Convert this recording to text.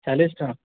ଚାଲିଶ୍ ଟଙ୍ଗା